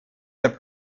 der